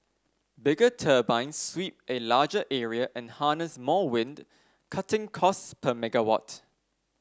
bigger turbines sweep a larger area and harness more wind cutting costs per megawatt